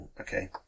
Okay